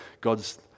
God's